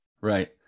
Right